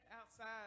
outside